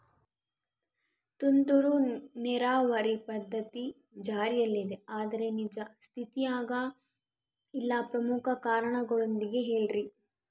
ತುಂತುರು ನೇರಾವರಿ ಪದ್ಧತಿ ಜಾರಿಯಲ್ಲಿದೆ ಆದರೆ ನಿಜ ಸ್ಥಿತಿಯಾಗ ಇಲ್ಲ ಪ್ರಮುಖ ಕಾರಣದೊಂದಿಗೆ ಹೇಳ್ರಿ?